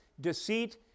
deceit